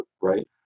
right